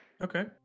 Okay